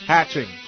Hatching